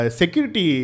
security